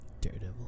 Daredevil